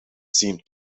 seemed